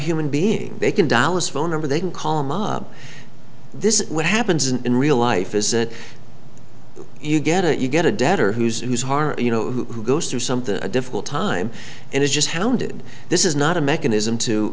human being they can dollars phone number they can call mom this is what happens in real life is it you get it you get a debtor who's who's hard you know who goes through something a difficult time and is just hounded this is not a mechanism to